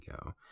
go